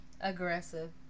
Aggressive